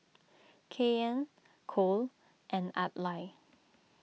Kanye Cole and Adlai